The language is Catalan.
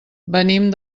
venim